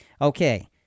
Okay